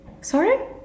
sorry